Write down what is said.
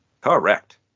Correct